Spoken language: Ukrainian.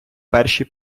перші